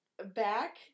Back